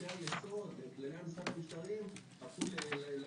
חוקי היסוד וכללי המשחק המשטריים הפכו לביטוי,